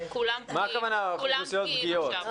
מה הכוונה כשאת אומרת אוכלוסיות פגיעות?